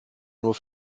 nur